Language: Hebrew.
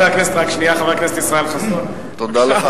תודה.